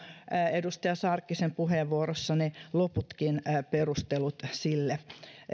edustaja sarkkisen puheenvuorossa ne loputkin perustelut sille